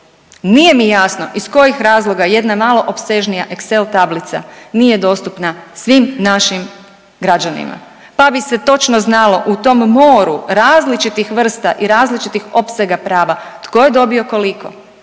Nije mi jasno iz kojih razloga jedna malo opsežnija Excel tablica nije dostupna svim našim građanima, pa bi se točno znalo u tom moru različitih vrsta i različitih opsega prava tko je dobio koliko